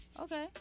okay